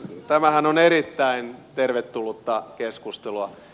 tämähän on erittäin tervetullutta keskustelua